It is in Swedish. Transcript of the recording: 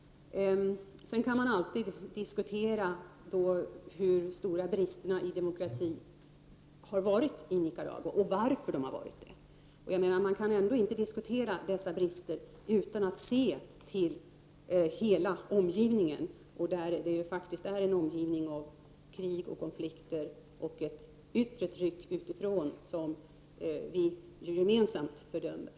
Man kan alltid diskutera hur stora bristerna i demokratin har varit i Nicaragua och varför de har funnits. Men man kan ändå inte diskutera dessa brister utan att se på hela omgivningen, med krig, konflikter och ett yttre tryck utifrån som vi gemensamt fördömer.